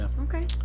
Okay